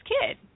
kid